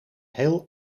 heel